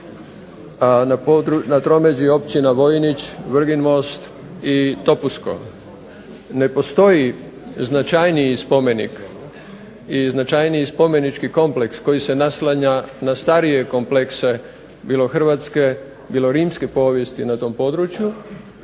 Na tromeđi općina Vojnić, Vrgin most i Topusko. Ne postoji značajniji spomenik i značajniji spomenički kompleks koji se naslanja na starije komplekse bilo hrvatske bilo rimske povijesti na tom području